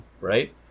right